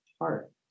heart